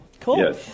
Cool